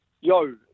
yo